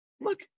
look